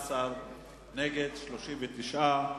18 בעד, 39 נגד.